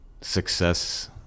success